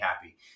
happy